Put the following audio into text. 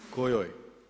Kojoj?